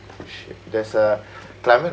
there's a climate